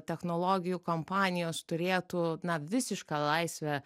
technologijų kompanijos turėtų na visišką laisvę